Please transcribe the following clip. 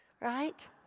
Right